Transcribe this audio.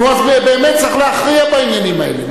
נו, אז באמת צריך להכריע בעניינים האלה.